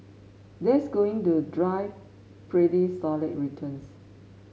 that's going to drive pretty solid returns